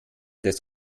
des